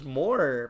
more